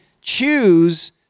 choose